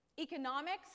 economics